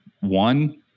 one